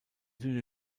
dünne